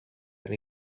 and